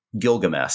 Gilgamesh